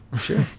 Sure